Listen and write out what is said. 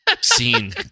scene